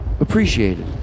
appreciated